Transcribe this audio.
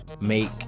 make